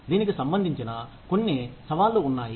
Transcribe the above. దీనికి సంబంధించిన కొన్ని సవాళ్ళు ఉన్నాయి